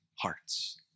hearts